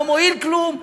לא מועיל כלום,